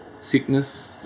sickness